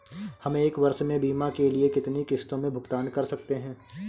हम एक वर्ष में बीमा के लिए कितनी किश्तों में भुगतान कर सकते हैं?